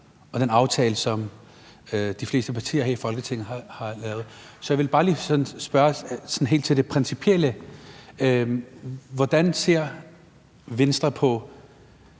og den aftale, som de fleste partier her i Folketinget har lavet, så jeg vil bare lige spørge til det helt principielle: Hvordan ser Venstre på